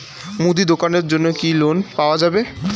মুদি দোকানের জন্যে কি লোন পাওয়া যাবে?